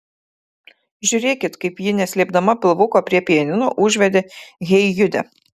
žiūrėkit kaip ji neslėpdama pilvuko prie pianino užvedė hey jude